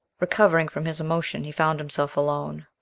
recovering from his emotion, he found himself alone.